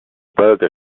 burger